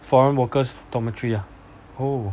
foreign workers dormitory ah oh